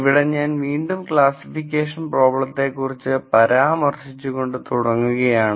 ഇവിടെ ഞാൻ വീണ്ടും ക്ലാസ്സിഫിക്കേഷൻ പ്രോബ്ലത്തെക്കുറിച്ച് പരാമർശിച്ചു കൊണ്ട് തുടങ്ങുകയാണ്